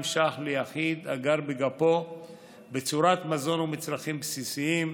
ש"ח ליחיד הגר בגפו בצורת מזון ומצרכים בסיסיים,